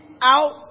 out